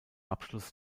abschluss